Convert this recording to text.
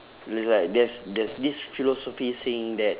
it's like there's there's this philosophy saying that